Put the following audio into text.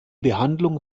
behandlung